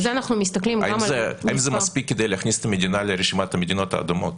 האם זה מספיק כדי להכניס מדינה לרשימת המדינות האדומות,